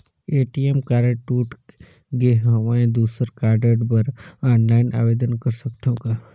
ATM card टूट गे हववं दुसर कारड बर ऑनलाइन आवेदन कर सकथव का?